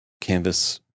canvas